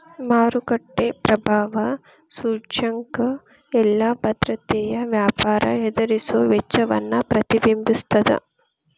ಮಾರುಕಟ್ಟೆ ಪ್ರಭಾವ ಸೂಚ್ಯಂಕ ಎಲ್ಲಾ ಭದ್ರತೆಯ ವ್ಯಾಪಾರಿ ಎದುರಿಸುವ ವೆಚ್ಚವನ್ನ ಪ್ರತಿಬಿಂಬಿಸ್ತದ